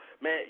Man